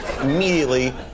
immediately